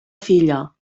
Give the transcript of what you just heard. filla